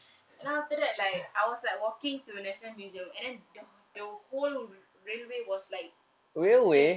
and then after that like I was like walking to national museum and then the who~ the whole railway was like damn